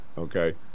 Okay